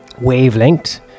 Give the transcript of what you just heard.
wavelength